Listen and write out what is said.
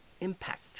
impact